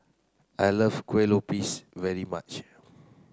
I love Kuih Lopes very much